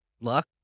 luck